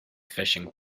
fishing